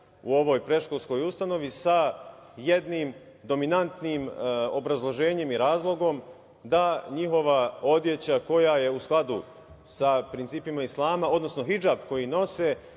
u ovoj predškolskoj ustanovi, sa jednim dominantnim obrazloženjem i razlogom da njihova odeća koja je u skladu sa principima islama, odnosno hidžab koji nose